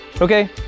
okay